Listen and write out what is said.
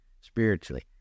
spiritually